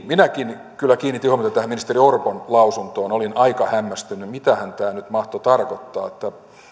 minäkin kyllä kiinnitin huomiota ministeri orpon lausuntoon olin aika hämmästynyt että mitähän tämä nyt mahtoi tarkoittaa